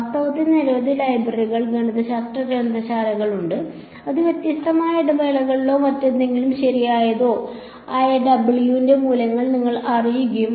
വാസ്തവത്തിൽ നിരവധി ലൈബ്രറികൾ ഗണിതശാസ്ത്ര ഗ്രന്ഥശാലകൾ ഉണ്ട് അത് വ്യത്യസ്തമായ ഇടവേളകളോ മറ്റെന്തെങ്കിലും ശരിയായതോ ആയ w യുടെ മൂല്യങ്ങൾ നിങ്ങളെ അറിയിക്കും